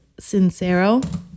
Sincero